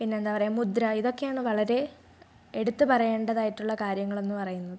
പിന്നെന്താണ് പറയുക മുദ്ര ഇതൊക്കെയാണ് വളരെ എടുത്ത് പറയേണ്ടതായിട്ടുള്ള കാര്യങ്ങളെന്ന് പറയുന്നത്